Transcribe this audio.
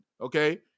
okay